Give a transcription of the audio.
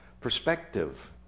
perspective